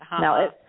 No